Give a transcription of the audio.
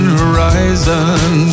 horizon